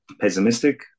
pessimistic